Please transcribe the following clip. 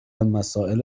مسائل